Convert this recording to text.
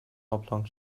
oblong